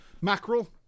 Mackerel